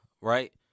right